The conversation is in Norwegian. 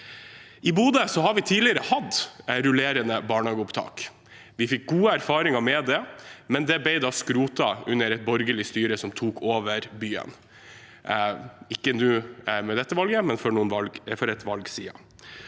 I Bodø har vi tidligere hatt et rullerende barnehageopptak. Vi fikk gode erfaringer med det, men det ble skrotet da et borgerlig styre tok over byen, ikke nå etter dette valget, men for ett valg siden.